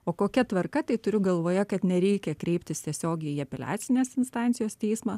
o kokia tvarka tai turiu galvoje kad nereikia kreiptis tiesiogiai į apeliacinės instancijos teismą